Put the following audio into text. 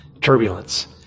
turbulence